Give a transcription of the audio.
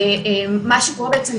מה שקורה בעצם,